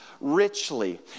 richly